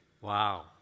Wow